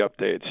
updates